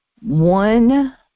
One